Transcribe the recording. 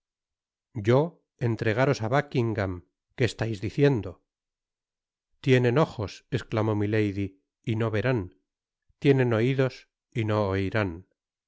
yo entregaros á buckingam qué estais diciendo tienen ojos esclamó milady y no verán tienen oidos y no oirán